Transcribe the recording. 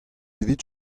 evit